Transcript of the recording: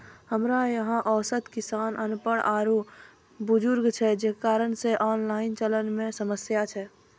हमरा यहाँ औसत किसान अनपढ़ आरु बुजुर्ग छै जे कारण से ऑनलाइन चलन मे समस्या छै?